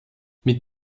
mit